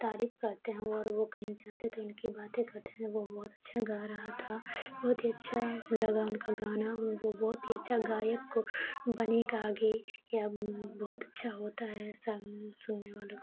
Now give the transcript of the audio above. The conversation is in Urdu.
تعریف کرتے ہیں وہ اور وہ کہیں جاتے ہیں تو ان کی باتیں کرتے ہیں وہ بہت اچھا گا رہا تھا بہت ہی اچھا لگا ان کا گانا وہ وہ بہت ہی اچھا گائک بنے گا آگے یا بہت اچھا ہوتا ہے ایسا سننے والوں